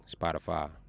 Spotify